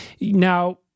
Now